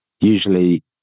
usually